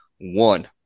one